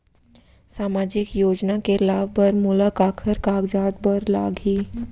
सामाजिक योजना के लाभ बर मोला काखर कागजात बर लागही?